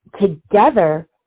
together